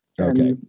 Okay